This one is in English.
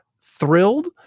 thrilled